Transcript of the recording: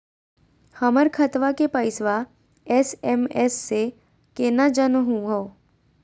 हमर खतवा के पैसवा एस.एम.एस स केना जानहु हो?